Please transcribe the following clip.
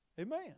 Amen